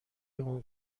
اون